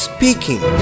Speaking